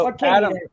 Adam